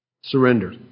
Surrender